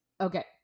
Okay